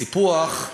סיפוח,